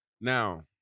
Now